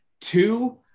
Two